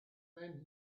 then